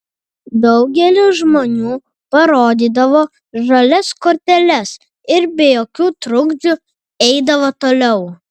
daugelis žmonių parodydavo žalias korteles ir be jokių trukdžių eidavo toliau